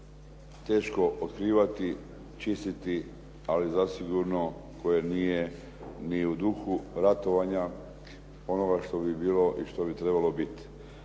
teško otkrivati, čistiti, ali zasigurno koje nije ni u duhu ratovanja onoga što bi bilo i što bi trebalo biti.